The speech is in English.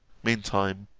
mean time,